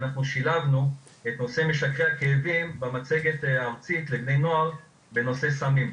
ואנחנו שילבנו את נושא משככי הכאבים במצגת הארצית לבני נוער בנושא סמים.